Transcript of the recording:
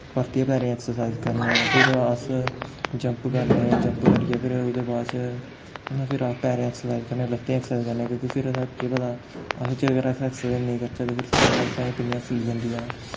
परतियै पैरें दी ऐक्सर्साइज करनें फिर अस जम्प करनें जम्प करियै फिर ओह्दे बाद च फिर अस पैरें दी ऐक्सर्साइज करनें ल'त्तें दी ऐक्सर्साइज करनें क्योंकि फिर साढ़ा केह् पता अस जेकर अस ऐक्सर्साइज नेईं करचै ते फिर साढ़ियां ल'त्तें ते पिन्नियां फुल्ली जंदियां न